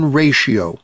ratio